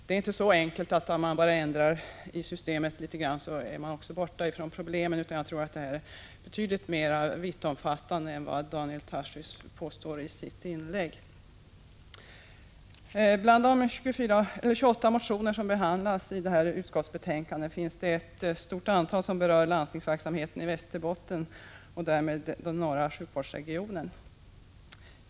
Det är inte så enkelt att man bara behöver ändra litet i systemet för att komma bort från problemen. Jag tror att de är betydligt mer vittomfattande än vad Daniel Tarschys påstår i sitt inlägg. Bland de 28 motioner som behandlas i detta utskottsbetänkande finns ett stort antal som berör landstingsverksamheten i Västerbotten och därmed i den norra sjukvårdsregionen.